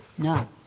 No